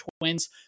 twins